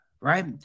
right